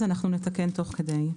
אז נתקן תוך כדי.